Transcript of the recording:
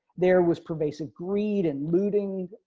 there was pervasive greed and looting.